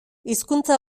hizkuntza